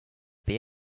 the